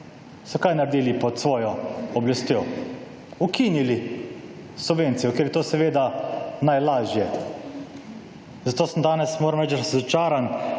so kaj naredili pod svojo oblastjo? Ukinili subvencijo, ker je to seveda najlažje. Zato sem danes, moram reči, razočaran,